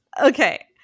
Okay